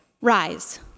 Rise